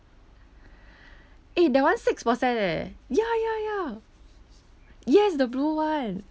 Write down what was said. eh that one six percent eh ya ya ya yes the blue line